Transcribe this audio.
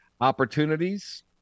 opportunities